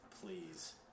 please